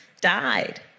died